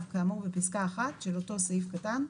כאמור בפסקה (1) של אותו סעיף קטן,